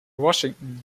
washington